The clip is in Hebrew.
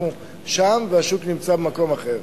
אנחנו שם, והשוק נמצא במקום אחר.